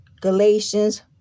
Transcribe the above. Galatians